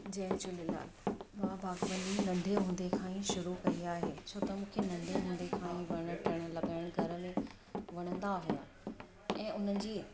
जय झूलेलाल मां बाग़बानी नंढे हूंदे खां ई शुरू कई आहे छो त मूंखे नंढे हूंदे खां ई वणु टिणु लगाइणु घर में वणंदा हुया ऐं हुननि जी